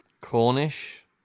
Cornish